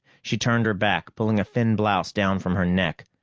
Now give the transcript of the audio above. she turned her back, pulling a thin blouse down from her neck.